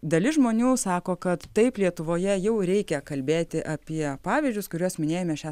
dalis žmonių sako kad taip lietuvoje jau reikia kalbėti apie pavyzdžius kuriuos minėjome šią